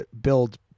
build